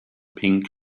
pink